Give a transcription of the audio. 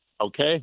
Okay